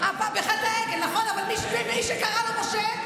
בחטא העגל, נכון.